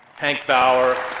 hank bower,